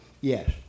Yes